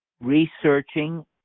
researching